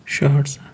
شُہہٲٹھ ساس